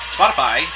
Spotify